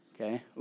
okay